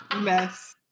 Mess